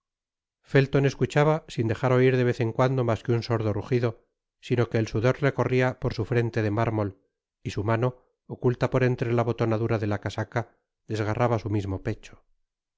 feltou escuchaba sin dejar oir de vez en cuando mas que un sordo rugido sino que el sudor le corria por su frente de mármol y su mano oculta por entre la botonadura de la casaca desgarraba su mismo pecho